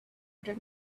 under